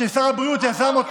ששר הבריאות יזם,